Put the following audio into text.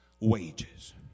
wages